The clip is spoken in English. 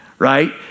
right